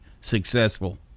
successful